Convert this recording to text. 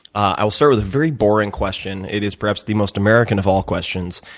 i'll start with a very boring question. it is perhaps the most american of all questions.